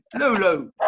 Lulu